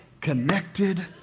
connected